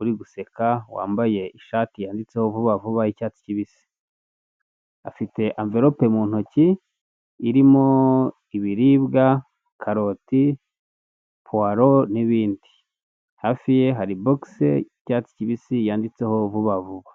uri guseka wambaye ishati yanditseho vuba vuba y'icyatsi kibisi, afite amvelope mu ntoki irimo ibiribwa karoti, puwalo n'ibindi, hafi ye hari bogisi y'icyatsi kibisi yanditseho vuba vuba.